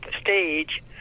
stage